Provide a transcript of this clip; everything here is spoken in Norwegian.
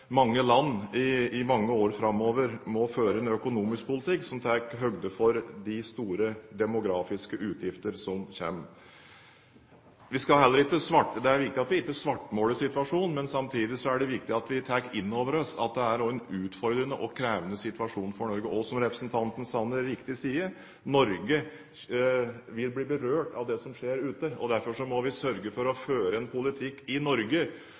mange land i mange år framover må føre en økonomisk politikk som tar høyde for de store demografiske utgiftene som kommer. Det er viktig at vi ikke svartmaler situasjonen, men samtidig er det viktig at vi tar inn over oss at det også er en utfordrende og krevende situasjon for Norge. Og som representanten Sanner riktig sier, Norge vil bli berørt av det som skjer ute, og derfor må vi sørge for å føre en politikk i Norge